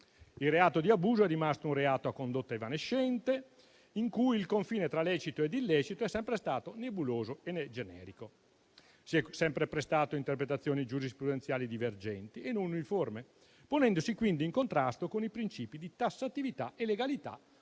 Il reato di abuso è rimasto un reato a condotta evanescente, in cui il confine tra lecito e illecito è sempre stato nebuloso e generico; si è sempre prestato a interpretazioni giurisprudenziali divergenti e non uniformi, ponendosi quindi in contrasto con i principi di tassatività e legalità